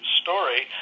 story